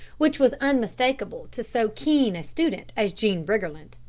which was unmistakable to so keen a student as jean briggerland.